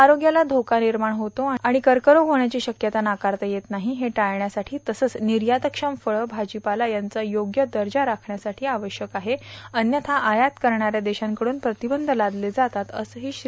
आरोग्यास धोका निर्माण होतो आणि कर्करोग होण्याची शक्यता नाकारता येत नाही हे टाळण्यासाठी तसंच निर्यातक्षम फळे भाजीपाला यांचा योग्य दर्जा राखण्यासाठी आवश्यक आहे अन्यथा आयात करणाऱ्या देशांकडून प्रतिबंध लादले जातात असंही श्री